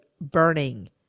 burning